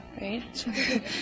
right